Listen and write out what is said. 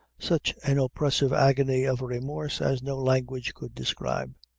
such an oppressive agony of remorse as no language could describe.